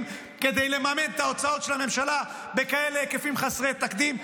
כדי לממן את ההוצאות של הממשלה בכאלה היקפים חסרי תקדים?